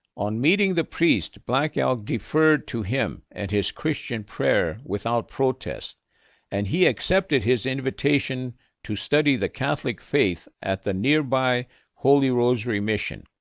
on meeting the priest, black elk deferred to him and his christian prayer without protest and he accepted his invitation to study the catholic faith at the nearby holy rosary mission.